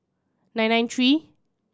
nine nine three